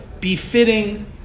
befitting